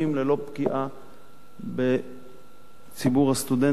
ללא פגיעה בציבור הסטודנטים.